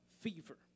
fever